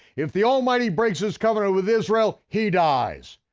if the almighty breaks his covenant with israel, he dies.